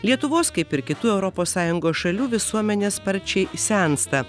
lietuvos kaip ir kitų europos sąjungos šalių visuomenė sparčiai sensta